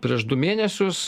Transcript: prieš du mėnesius